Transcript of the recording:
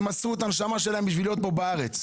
הם מסרו את הנשמה שלהם בשביל להיות פה בארץ.